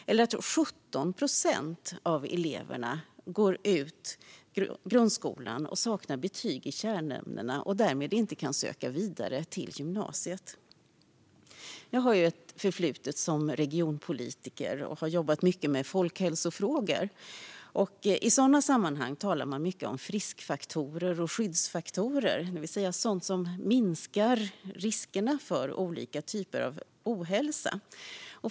Eller att 17 procent av eleverna som går ut grundskolan saknar godkänt betyg i kärnämnena och därmed inte kan söka vidare till gymnasiet? Jag har ju ett förflutet som regionpolitiker och har jobbat mycket med folkhälsofrågor. I sådana sammanhang talar man mycket om friskfaktorer och skyddsfaktorer, det vill säga sådant som minskar riskerna för olika former av ohälsa.